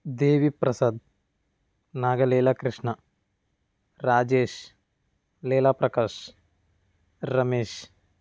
Devi Prasad Naga Leela Krishna Rajesh Leela Prakash Ramesh